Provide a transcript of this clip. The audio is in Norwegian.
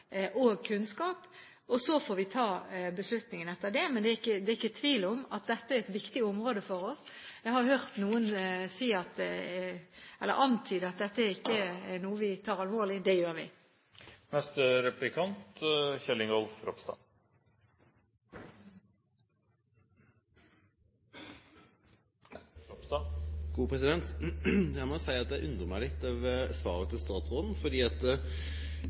og kunnskap, og så får vi ta beslutningene etter det. Men det er ikke tvil om at dette er et viktig område for oss. Jeg har hørt noen antyde at dette er noe vi ikke tar alvorlig – det gjør vi! Jeg må si at jeg undrer meg litt over svaret til statsråden,